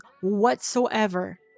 whatsoever